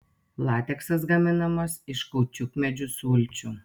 lateksas gaminamas iš kaučiukmedžių sulčių